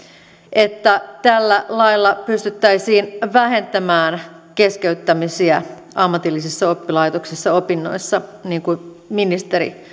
että tällä lailla pystyttäisiin vähentämään keskeyttämisiä ammatillisessa oppilaitoksessa opinnoissa niin kuin ministeri